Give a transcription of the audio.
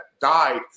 died